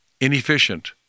inefficient